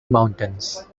mountains